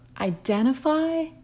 identify